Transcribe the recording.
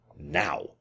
now